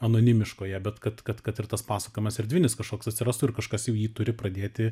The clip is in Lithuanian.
anonimiškoje bet kad kad kad ir tas pasakojimas erdvinis kažkoks atsirastų ir kažkas jau jį turi pradėti